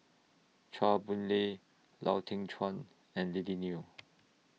Chua Boon Lay Lau Teng Chuan and Lily Neo